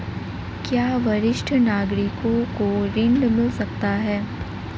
क्या वरिष्ठ नागरिकों को ऋण मिल सकता है?